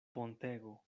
pontego